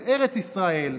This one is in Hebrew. את ארץ ישראל,